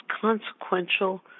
consequential